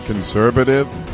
Conservative